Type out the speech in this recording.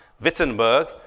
Wittenberg